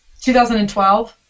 2012